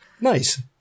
Nice